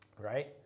right